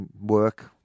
work